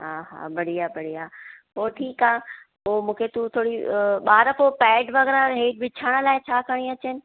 हा हा बढ़िया बढ़िया पोइ ठीकु आहे पोइ मूंखे तूं थोरी ॿार पोइ पेड वग़ैरह हेठि विछाइण लाइ छा खणी अचनि